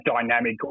dynamic